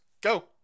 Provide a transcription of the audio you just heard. go